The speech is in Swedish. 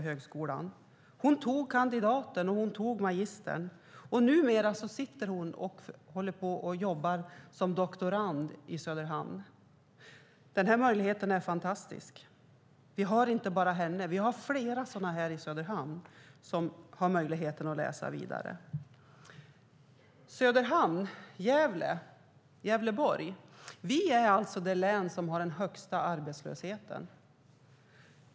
Hon tog kandidaten och hon tog magistern, och numera jobbar hon som doktorand i Söderhamn. Den här möjligheten är fantastisk. Vi hör inte bara om henne, utan vi har flera i Söderhamn som har möjligheten att läsa vidare. Gävleborg är det län som har den högsta arbetslösheten.